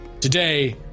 Today